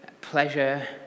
pleasure